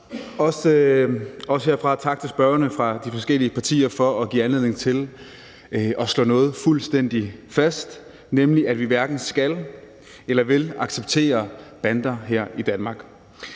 Også herfra tak til spørgerne fra de forskellige partier for at give anledning til at slå noget fuldstændig fast, nemlig at vi hverken skal eller vil acceptere bander her i Danmark.